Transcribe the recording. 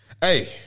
Hey